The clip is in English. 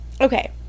okay